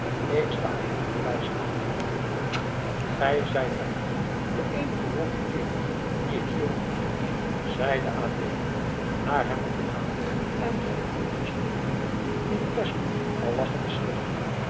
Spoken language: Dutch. ik sta hem den prijs af gij zijt bij god de eenige ronde kerel dien ik hier ontmoet heb zeide adeelen naar hem toegaande en hem de hand toestekende die treslong al lachende schudde